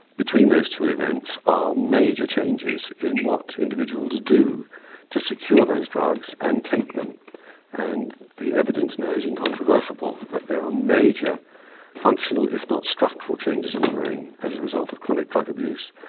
between those two events are major changes in what individuals do to secure those drugs and take them and the evidence now is incontrovertible that there are major functional, if not structural changes in the brain as the result of chronic drug abuse.